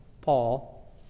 Paul